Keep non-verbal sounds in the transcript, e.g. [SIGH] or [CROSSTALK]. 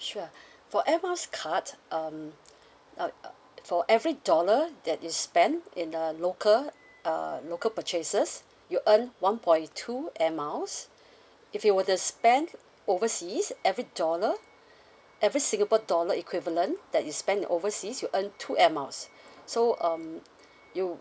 sure [BREATH] for air miles card um uh uh for every dollar that you spent in the local uh local purchases you earned one point two air miles [BREATH] if you were to spend overseas every dollar [BREATH] every singapore dollar equivalent that you spent in overseas you earn two air miles [BREATH] so um you